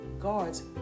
guards